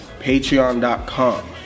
Patreon.com